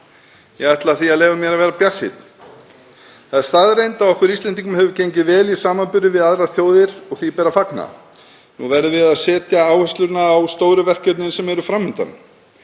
Ég ætla því að leyfa mér að vera bjartsýnn. Það er staðreynd að okkur Íslendingum hefur gengið vel í samanburði við aðrar þjóðir og því ber að fagna. Nú verðum við að setja áhersluna á stóru verkefnin sem eru fram undan.